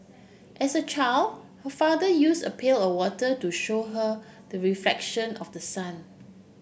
as a child her father use a pail of water to show her the reflection of the sun